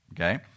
Okay